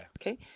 Okay